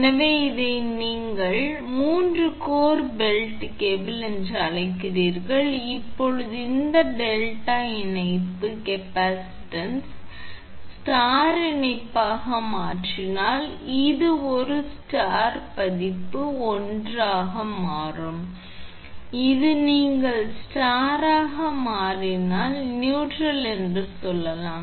எனவே இதை நீங்கள் 3 கோர் பெல்ட் கேபிள் என்று அழைக்கிறீர்கள் இப்போது இந்த டெல்டா இணைப்பு கேப்பாசிட்டன்ஸ் ஸ்டார் இணைப்பாக மாற்றினால் இது ஒரு ஸ்டார் பதிப்பு 1 ஆக மாறும் இது நீங்கள் ஸ்டாராக மாறினால் நியூட்ரல் என்று சொல்லலாம்